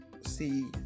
see